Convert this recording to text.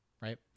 right